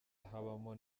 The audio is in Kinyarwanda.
habamo